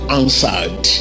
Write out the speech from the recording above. answered